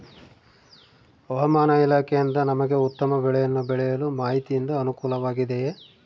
ಹವಮಾನ ಇಲಾಖೆಯಿಂದ ನಮಗೆ ಉತ್ತಮ ಬೆಳೆಯನ್ನು ಬೆಳೆಯಲು ಮಾಹಿತಿಯಿಂದ ಅನುಕೂಲವಾಗಿದೆಯೆ?